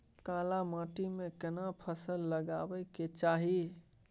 काला माटी में केना फसल लगाबै के चाही?